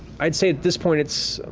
i'd say, at this point, it's